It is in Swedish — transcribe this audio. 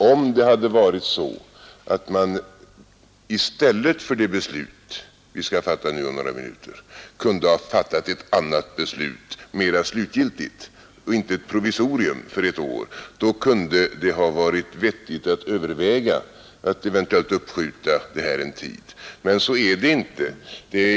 Om det hade varit så att man i stället för det beslut vi nu skall fatta om några minuter kunde ha fattat ett annat, mera slutgiltigt beslut och inte ett provisorium för ett år, då kunde det ha varit vettigt att överväga att eventuellt uppskjuta detta en tid. Men så är det inte.